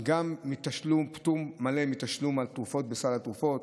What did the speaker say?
גם פטור מלא מתשלום על תרופות בסל התרופות,